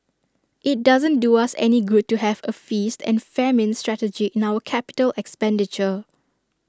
IT doesn't do us any good to have A feast and famine strategy in our capital expenditure